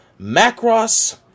Macross